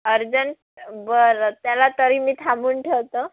urgent बरं त्याला तरी मी थांबून ठेवतो